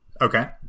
Okay